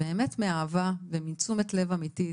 באמת מאהבה ומתשומת לב אמיתית,